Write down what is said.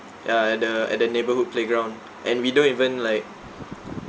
ya the at the neighbourhood playground and we don't even like